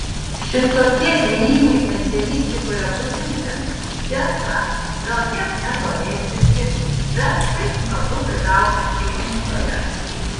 šitokie ėjimai eseistikoje būtini tiesa gal kiek nekorektiški bet kaip smagu prigauti skaitytoją